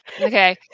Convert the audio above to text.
Okay